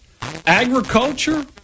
agriculture